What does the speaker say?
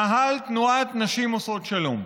מאהל תנועת נשים עושות שלום.